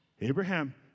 Abraham